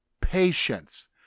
patience